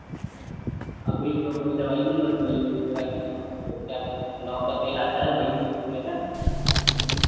अभी तो कोई दवाई नहीं बस वही थोड़ा कहते हैं वो जो क्या बोलते हैं लौंग का तेल आता है वही यूज़ किया था